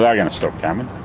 they're going to stop coming.